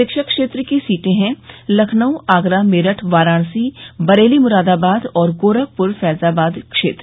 शिक्षक क्षेत्र की सीटें हैं लखनऊ आगरा मेरठ वाराणसी बरेली मुरादाबाद और गोरखपुर फैजाबाद क्षेत्र